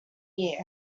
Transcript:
year